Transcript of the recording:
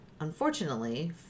unfortunately